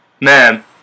man